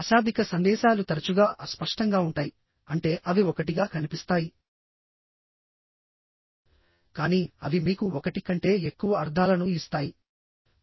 అశాబ్దిక సందేశాలు తరచుగా అస్పష్టంగా ఉంటాయి అంటే అవి ఒకటిగా కనిపిస్తాయి కానీ అవి మీకు ఒకటి కంటే ఎక్కువ అర్థాలను ఇస్తాయి నేను త్వరలో ఒక ఉదాహరణ ఇస్తాను